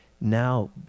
now